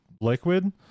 liquid